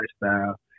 lifestyle